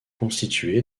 constitué